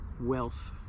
wealth